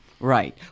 Right